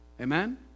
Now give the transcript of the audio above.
Amen